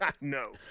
No